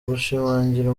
gushimangira